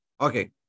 okay